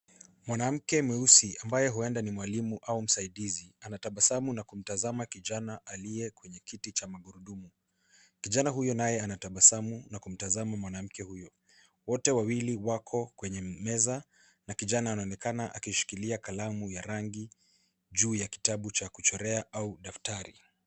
Mwanamke mweusi ambaye huenda ni mwalimu au msaidizi anatabasamu na kumtazama kijana aliye kwenye kiti cha magurudumu. Kijana huyo naye anatabasamu na kumtazama mwanamke huyo. Wote wawili wako kwenye meza, na kijana anaonekana akishikilia kalamu ya rangi juu ya kitabu cha kuchorea au daftari.